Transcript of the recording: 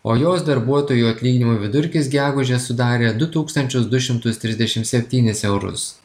o jos darbuotojų atlyginimų vidurkis gegužę sudarė du tūkstančius du šimtus trisdešim septynis eurus